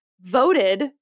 voted